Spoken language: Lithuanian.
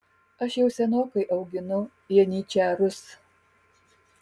aš jau senokai auginu janyčarus